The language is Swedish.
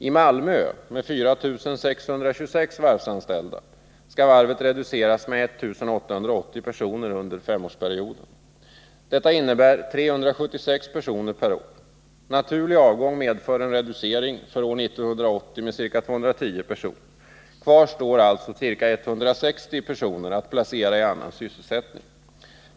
I Malmö, med 4 626 varvsanställda, skall varvet reduceras med 1 880 personer under femårsperioden. Detta innebär 376 personer per år. Naturlig avgång medför en reducering för år 1980 med ca 210 personer. Kvar står alltså ca 160 personer att placera i annan sysselsättning.